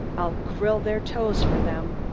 i'll grill their toes for them.